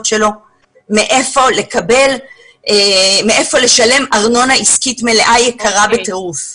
שלו אין מהיכן לשלם ארנונה עסקית מלאה ויקרה בטירוף.